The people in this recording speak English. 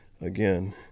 again